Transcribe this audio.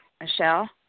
michelle